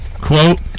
quote